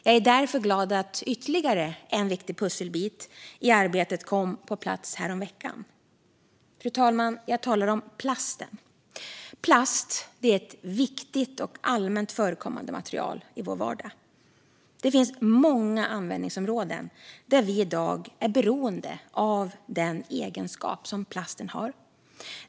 Jag är därför glad att ytterligare en viktig pusselbit i arbetet kom på plats häromveckan. Fru talman! Jag talar om plasten. Plast är ett viktigt och allmänt förekommande material i vår vardag. Det finns många användningsområden där vi i dag är beroende av de egenskaper som plasten har.